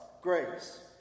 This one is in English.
grace